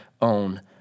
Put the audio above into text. own